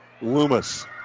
Loomis